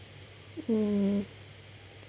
mm